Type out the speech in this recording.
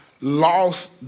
lost